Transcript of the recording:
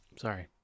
Sorry